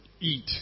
eat